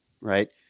Right